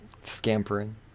scampering